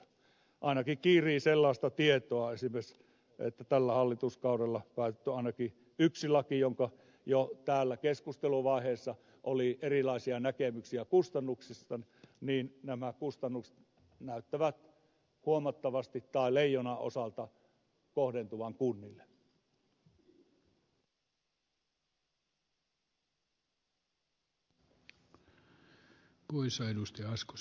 ainakin kiirii sellaista tietoa esimerkiksi että tällä hallituskaudella on päätetty ainakin yksi laki jonka kustannuksista jo täällä keskusteluvaiheessa oli erilaisia näkemyksiä ja nämä kustannukset näyttävät leijonanosalta kohdentuvan kunnille